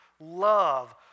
love